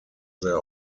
their